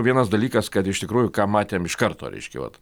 vienas dalykas kad iš tikrųjų ką matėm iš karto reiškia vat